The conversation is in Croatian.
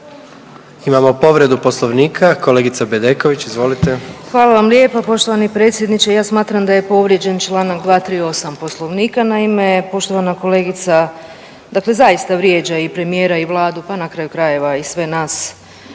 Imamo povredu Poslovnika. Kolegica Bedeković, izvolite. **Bedeković, Vesna (HDZ)** Hvala vam lijepa poštovani predsjedniče, ja smatram da je povrijeđen Članak 238. Poslovnika. Naime, poštovana kolegica dakle zaista vrijeđa i premijera i Vladu pa na kraju krajeva i sve nas